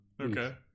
Okay